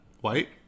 White